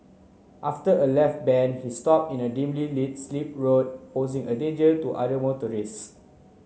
after a left bend he stop in a dimly lit slip road posing a danger to other